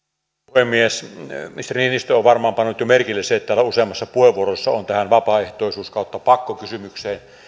puhemies ministeri niinistö on varmaan pannut jo merkille sen että täällä useammassa puheenvuorossa on tähän vapaaehtoisuus pakko kysymykseen